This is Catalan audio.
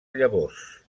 llavors